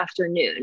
afternoon